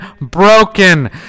broken